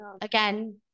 again